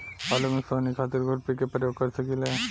आलू में सोहनी खातिर खुरपी के प्रयोग कर सकीले?